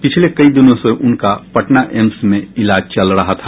पिछले कई दिनों से से उनका पटना एम्स में इलाज चल रहा था